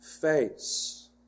face